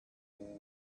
now